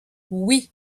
oui